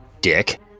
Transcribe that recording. Dick